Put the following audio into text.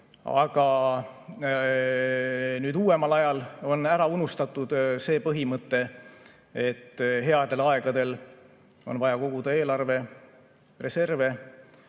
Aga nüüd uuemal ajal on ära unustatud põhimõte, et headel aegadel on vaja koguda eelarve reserve